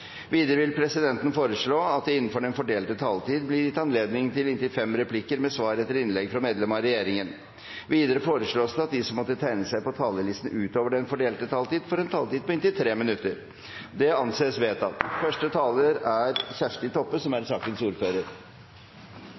Videre vil presidenten foreslå at det blir gitt anledning til inntil fem replikker med svar etter innlegg fra medlem av regjeringen innenfor den fordelte taletid. Videre foreslås det at de som måtte tegne seg på talerlisten utover den fordelte taletid, får en taletid på inntil 3 minutter. – Det anses vedtatt.